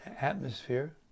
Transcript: atmosphere